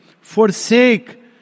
Forsake